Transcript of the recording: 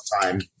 time